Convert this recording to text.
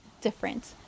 different